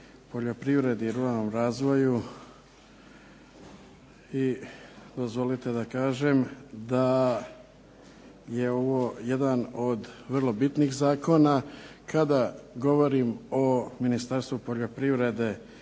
poljoprivredi i ruralnom razvoju i dozvolite da kažem da je ovo jedan od vrlo bitnih zakona, kada govorim o Ministarstvu poljoprivrede,